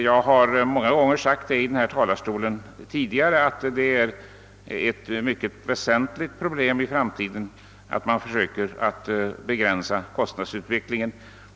Jag har många gånger från denna talarstol sagt att det är ytterst väsentligt, att vi för framtiden försöker begränsa kostnadsutvecklingen.